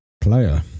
player